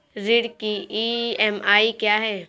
ऋण की ई.एम.आई क्या है?